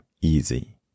easy